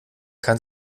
kann